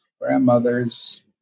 grandmother's